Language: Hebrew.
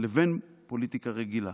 לבין "פוליטיקה רגילה".